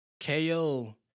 KO